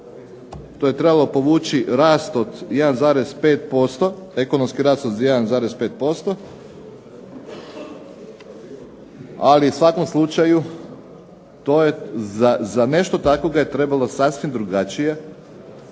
to je trebalo povući rast za 1,5% ekonomski rast od 1,5%, ali u svakom slučaju za nešto takvo ga je trebalo sasvim drugačije,